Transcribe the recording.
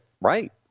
right